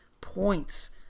points